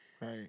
Right